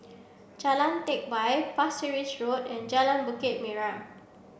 Jalan Teck Whye Pasir Ris Road and Jalan Bukit Merah